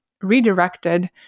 redirected